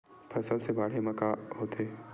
फसल से बाढ़े म का होथे?